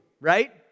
right